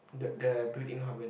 the the built in hoven